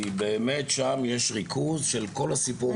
באמת שם יש ריכוז של כל הסיפורים ממש.